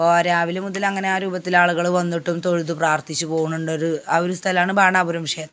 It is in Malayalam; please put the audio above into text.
ഓ രാവിലെ മുതലങ്ങനെ ആ രൂപത്തിലാളുകൾ വന്നിട്ടും തൊഴുതു പ്രാർത്ഥിച്ചു പോണുണ്ടൊരു ആ ഒരു സ്ഥലമാണ് ബാണാപുരം ക്ഷേത്രം